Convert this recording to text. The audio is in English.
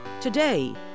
Today